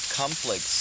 complex